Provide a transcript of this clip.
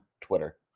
Twitter